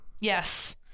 Yes